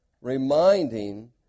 reminding